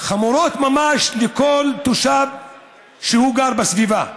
חמורות ממש לכל תושב שגר בסביבה.